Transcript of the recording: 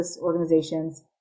organizations